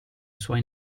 suoi